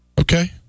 Okay